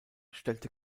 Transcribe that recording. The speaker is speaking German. stellte